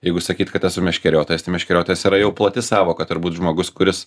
jeigu sakyt kad esu meškeriotojas tai meškeriotojas yra jau plati sąvoka turbūt žmogus kuris